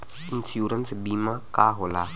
Insurance बीमा का होला?